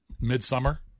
midsummer